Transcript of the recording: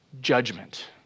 judgment